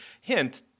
hint